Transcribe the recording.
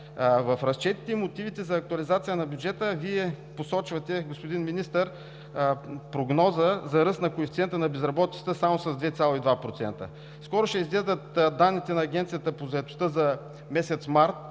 В разчетите и мотивите за актуализация на бюджета посочвате, господин Министър, прогноза за ръст на коефициента на безработицата само с 2,2%. Скоро ще излязат данните на Агенцията по заетостта за месец март,